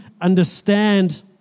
understand